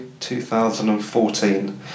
2014